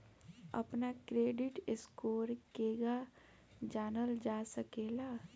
अपना credit score केगा जानल जा सकेला?